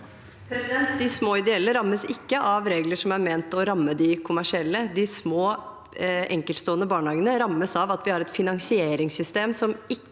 De små, ideelle rammes ikke av regler som er ment å ramme de kommersielle. De små, enkeltstående barnehagene rammes av at vi har et finansieringssystem som ikke